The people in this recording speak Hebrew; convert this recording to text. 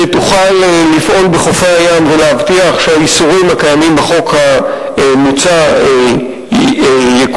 שתוכל לפעול בחופי-הים ולהבטיח שהאיסורים הקיימים בחוק המוצע יקוימו.